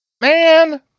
Man